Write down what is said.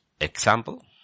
example